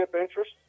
interest